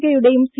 കെയുടെയും C